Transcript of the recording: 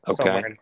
Okay